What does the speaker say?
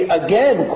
again